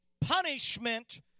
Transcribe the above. punishment